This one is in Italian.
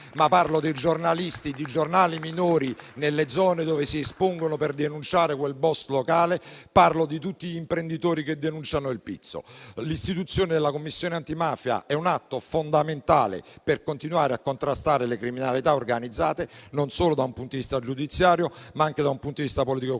ma dei giornalisti di giornali minori nelle zone dove si espongono per denunciare un *boss* locale e di tutti gli imprenditori che denunciano il pizzo. L'istituzione della Commissione antimafia è un atto fondamentale per continuare a contrastare le criminalità organizzate non solo da un punto di vista giudiziario, ma anche politico e culturale.